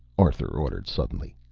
arthur ordered suddenly,